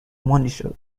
monitor